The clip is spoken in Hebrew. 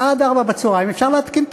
אם היינו מתנהלים באופן מתוקן,